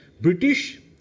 British